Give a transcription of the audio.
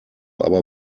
aber